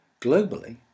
globally